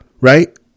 right